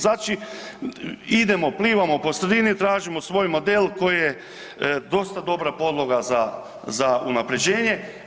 Znači idemo, plivamo po sredini, tražimo svoj model koji je dosta dobra podloga za unaprjeđenje.